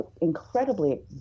incredibly